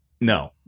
no